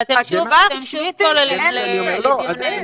פשוט אין מתווה.